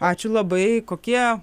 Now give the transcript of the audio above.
ačiū labai kokie